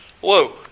Whoa